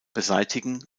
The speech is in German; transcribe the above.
beseitigen